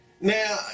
Now